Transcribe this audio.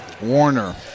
Warner